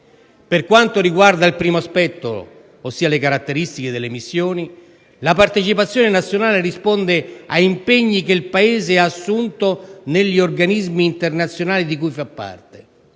Per quanto riguarda il primo aspetto, ossia le caratteristiche delle missioni, la partecipazione nazionale risponde a impegni che il Paese ha assunto negli organismi internazionali di cui fa parte.